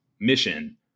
mission